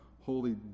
holy